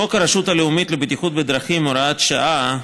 חוק הרשות הלאומית לבטיחות בדרכים (הוראת שעה),